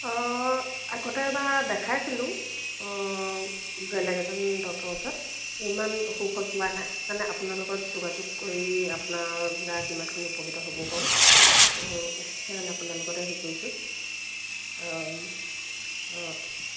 অঁ আগতে এবাৰ দেখাইছিলোঁ বেলেগ এজন ডক্তৰৰ ওচৰত ইমান সুফল পোৱা নাই সেইকাৰণে আপোনাৰ লগত যোগাযোগ কৰি আপোনাৰ দ্বাৰা কিমানখিনি উপকৃত হ'ব পাৰোঁ সেইকাৰণে আপোনাৰ লগতে হেৰি কৰিছোঁ অঁ অঁ